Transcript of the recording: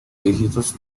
dígitos